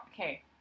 Okay